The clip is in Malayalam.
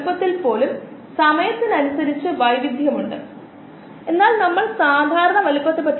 എന്നിരുന്നാലും ഒരു വ്യവസായത്തിന്റെ വീക്ഷണകോണിൽ നിന്ന് നോക്കുക ആണെകിൽ ഗ്ലൂക്കോസ് ചെലവേറിയതാണ്